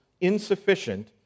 insufficient